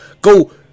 go